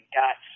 got